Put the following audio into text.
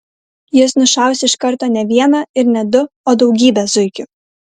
jis nušaus iš karto ne vieną ir ne du o daugybę zuikių